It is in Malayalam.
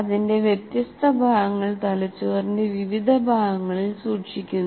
അതിന്റെ വ്യത്യസ്ത ഭാഗങ്ങൾ തലച്ചോറിന്റെ വിവിധ ഭാഗങ്ങളിൽ സൂക്ഷിക്കുന്നു